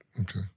Okay